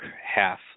half